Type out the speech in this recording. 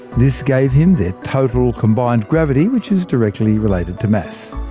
this gave him their total combined gravity which is directly related to mass.